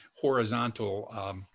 horizontal